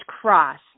cross